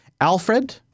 Alfred